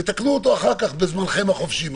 תתקנו אותו בזמנכם החופשי.